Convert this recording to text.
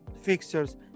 fixtures